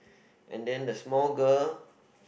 and then the small girl